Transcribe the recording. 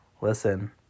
listen